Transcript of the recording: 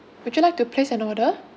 would you like to place an order